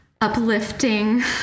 uplifting